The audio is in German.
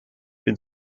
bin